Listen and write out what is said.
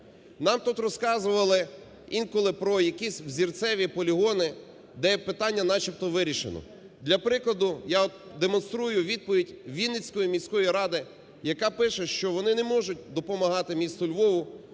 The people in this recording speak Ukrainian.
Нам тут розказували інколи про якісь взірцеві полігони, де питання начебто вирішено. Для прикладу, я от демонструю відповідь Вінницької міської ради, яка пише, що вони не можуть допомагати місту Львову,